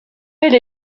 elle